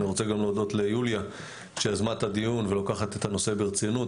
אני רוצה גם להודות ליוליה שיזמה את הדיון ולוקחת את הנושא ברצינות.